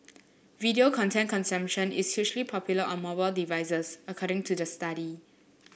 video content consumption is hugely popular on mobile devices according to the study